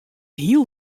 heel